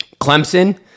Clemson